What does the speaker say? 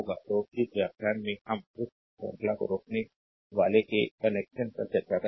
तो इस व्याख्यान में हम उस श्रृंखला को रोकने वाले के कनेक्शन पर चर्चा करेंगे